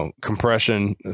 compression